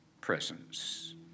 presence